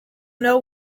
know